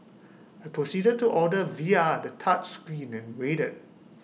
I proceeded to order via the touchscreen and waited